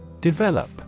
Develop